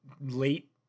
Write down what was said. late